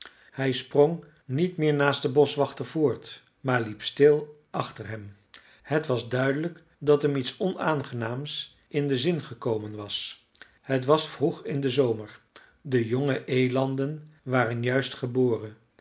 hij sprong niet meer naast den boschwachter voort maar liep stil achter hem het was duidelijk dat hem iets onaangenaams in den zin gekomen was het was vroeg in den zomer de jonge elanden waren juist geboren